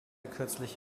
kürzlich